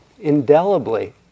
indelibly